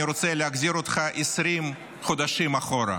אני רוצה להחזיר אותך 20 חודשים אחורה,